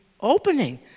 opening